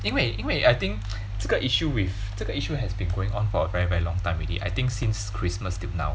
因为因为 I think 这个 issue with 这个 issue has been going on for a very very long time already I think since christmas till now